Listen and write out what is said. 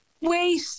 Wait